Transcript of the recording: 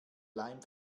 leim